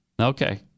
Okay